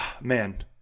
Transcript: man